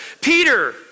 Peter